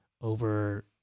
over